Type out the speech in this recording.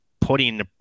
putting